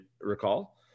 recall